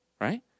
right